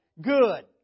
good